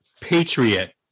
Patriot